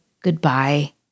goodbye